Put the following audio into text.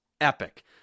epic